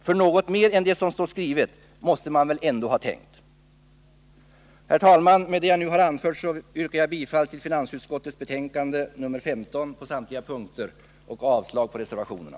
För något mer än det som står skrivet måste de väl ändå ha tänkt. Herr talman! Med det jag nu har anfört yrkar jag bifall till finansutskottets hemställan i dess betänkande nr 15 på samtliga punkter och avslag på reservationerna.